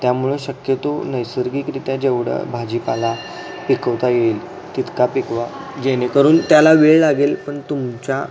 त्यामुळं शक्यतो नैसर्गिकरित्या जेवढं भाजीपाला पिकवता येईल तितका पिकवा जेणेकरून त्याला वेळ लागेल पण तुमच्या